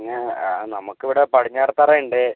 അങ്ങനെ ആ നമുക്ക് ഇവിടെ പടിഞ്ഞാറ് തറയുണ്ട്